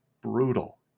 Brutal